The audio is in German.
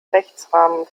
rechtsrahmen